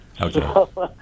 Okay